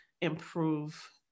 improve